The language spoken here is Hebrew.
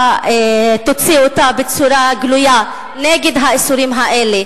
תוציא בצורה גלויה נגד האיסורים האלה,